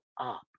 up